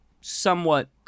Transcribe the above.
somewhat